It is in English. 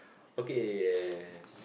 okay